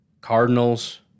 Cardinals